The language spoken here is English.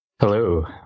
Hello